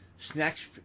snacks